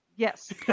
Yes